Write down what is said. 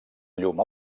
llum